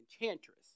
enchantress